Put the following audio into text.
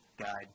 guide